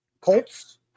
Colts